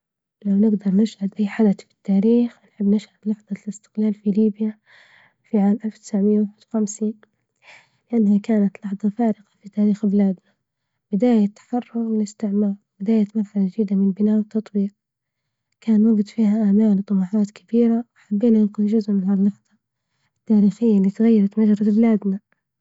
لو نجدر نشهد حدث في التاريخ نحب نشهد لحظة الإستقلال في ليبيا في عام ألف وتسعمائة وواحد وخمسين، لإنها كانت لحظة فارقة في تاريخ بلادنا، بداية تحرر من الإستعمار، بداية مرحلة جديدة من بناء التطبيق، كان وقت فيها آمال وطموحات كبيرة، وحبينا نكون جزء من هاللحظة التاريخية اللي تغيرت نظرة بلادنا.